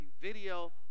Video